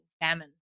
famine